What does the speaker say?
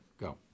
Go